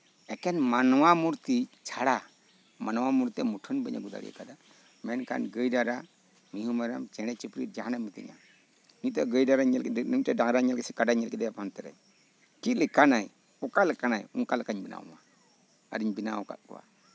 ᱮᱠᱮᱱ ᱢᱟᱱᱣᱟ ᱢᱩᱨᱛᱤ ᱪᱷᱟᱲᱟ ᱢᱟᱱᱣᱟ ᱢᱩᱨᱛᱤᱭᱟᱜ ᱢᱩᱴᱷᱟᱹᱱ ᱵᱟᱹᱧ ᱟᱹᱜᱩ ᱫᱟᱲᱮᱭᱟᱠᱟᱫᱟ ᱢᱮᱱᱠᱷᱟᱱ ᱜᱟᱹᱭᱼᱰᱟᱝᱨᱟ ᱢᱤᱸᱦᱩᱼᱢᱮᱨᱚᱢ ᱪᱮᱬᱮᱼᱪᱤᱯᱲᱩᱛ ᱡᱟᱦᱟᱸᱱᱟᱜ ᱮᱢ ᱢᱤᱛᱟᱹᱧᱟ ᱱᱤᱛᱳᱜ ᱜᱟᱹᱭᱼᱰᱟᱝᱨᱟᱧ ᱧᱮᱞ ᱠᱮᱫᱮᱭᱟ ᱥᱮ ᱠᱟᱰᱟᱧ ᱧᱮᱞ ᱠᱮᱫᱮᱭᱟ ᱯᱟᱱᱛᱮ ᱨᱮ ᱪᱮᱫ ᱞᱮᱠᱟᱱᱟᱭ ᱚᱠᱟᱞᱮᱠᱮᱱᱟᱭ ᱚᱱᱠᱟ ᱞᱮᱠᱟᱧ ᱵᱮᱱᱟᱣᱟᱢᱟ ᱟᱨᱤᱧ ᱵᱮᱱᱟᱣ ᱟᱠᱟᱫ ᱠᱚᱣᱟ